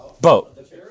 boat